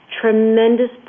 tremendous